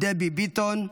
דבי ביטון,